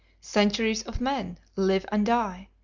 centuries of men live and die,